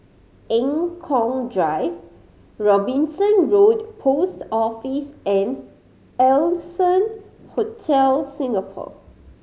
Eng Kong Drive Robinson Road Post Office and Allson Hotel Singapore